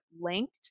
linked